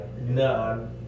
No